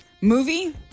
Movie